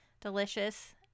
delicious